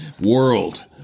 world